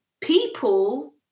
people